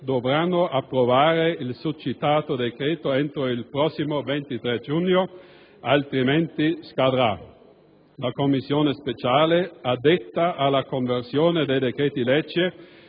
dovranno approvare il succitato decreto entro il prossimo 23 giugno, pena la decadenza. La Commissione speciale addetta alla conversione dei decreti-legge,